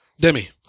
Demi